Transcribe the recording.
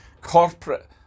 corporate